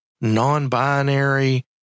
non-binary